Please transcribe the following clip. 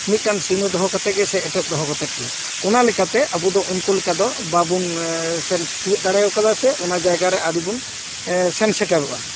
ᱢᱤᱫᱴᱟᱱ ᱥᱤᱢᱟᱹ ᱫᱚᱦᱚ ᱠᱟᱛᱮ ᱜᱮ ᱥᱮ ᱮᱴᱮᱫ ᱫᱚᱦᱚ ᱠᱟᱛᱮ ᱜᱮ ᱚᱱᱟ ᱞᱮᱠᱟᱛᱮ ᱟᱵᱚ ᱫᱚ ᱩᱱᱠᱩ ᱞᱮᱠᱟ ᱫᱚ ᱵᱟᱵᱚᱱ ᱥᱮᱱ ᱛᱤᱭᱳᱜ ᱫᱟᱲᱮ ᱠᱟᱫᱟ ᱥᱮ ᱚᱱᱟ ᱡᱟᱭᱜᱟ ᱨᱮ ᱟᱹᱣᱨᱤ ᱵᱚᱱ ᱥᱮᱱ ᱥᱮᱴᱮᱨᱚᱜᱼᱟ